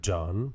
John